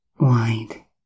wide